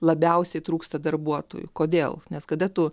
labiausiai trūksta darbuotojų kodėl nes kada tu